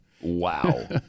Wow